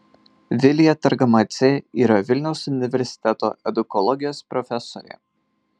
vilija targamadzė yra vilniaus universiteto edukologijos profesorė